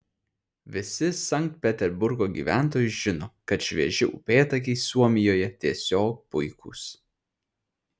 visi sankt peterburgo gyventojai žino kad švieži upėtakiai suomijoje tiesiog puikūs